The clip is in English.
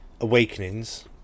Awakenings